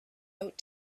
out